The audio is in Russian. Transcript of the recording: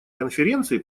конференции